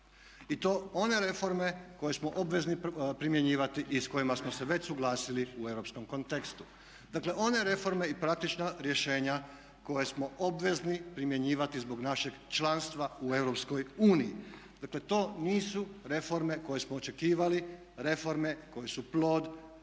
i to one reforme koje smo obvezni primjenjivati i s kojima smo se već suglasili u europskom kontekstu. Dakle, one reforme i praktična rješenja koje smo obvezni primjenjivati zbog našeg članstva u EU. Dakle, to nisu reforme koje smo očekivali, reforme koje su plod